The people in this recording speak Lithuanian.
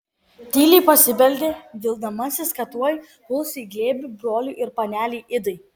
tyliai pasibeldė vildamasis kad tuoj puls į glėbį broliui ir panelei idai